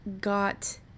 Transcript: got